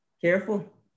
Careful